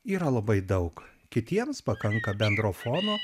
yra labai daug kitiems pakanka bendro fono